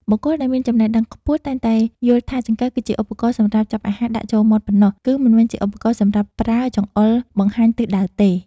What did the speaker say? បុគ្គលដែលមានចំណេះដឹងខ្ពស់តែងតែយល់ថាចង្កឹះគឺជាឧបករណ៍សម្រាប់ចាប់អាហារដាក់ចូលមាត់ប៉ុណ្ណោះ គឺ មិនមែនជាឧបករណ៍សម្រាប់ប្រើចង្អុលបង្ហាញទិសដៅទេ។